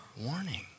Warning